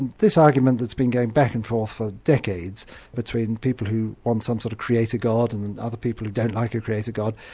and this argument that's been going back and forth for decades between people who want some sort of creator god and and other people who don't like a creator god,